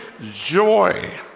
joy